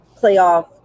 playoff